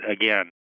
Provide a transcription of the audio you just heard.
again